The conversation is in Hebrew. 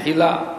במחילה,